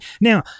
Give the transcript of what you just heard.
Now